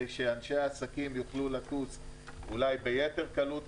שאנשים העסקים יוכלו לטוס אולי ביתר קלות,